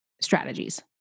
strategies